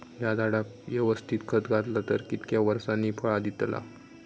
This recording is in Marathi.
हया झाडाक यवस्तित खत घातला तर कितक्या वरसांनी फळा दीताला?